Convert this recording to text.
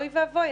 אוי ואבוי,